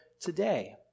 today